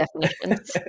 definitions